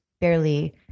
barely